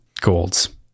golds